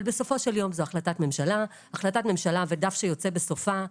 אבל בסופו של יום זו החלטת ממשלה ודף שיוצא בסופה,